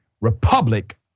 Republic